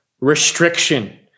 restriction